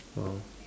!wow!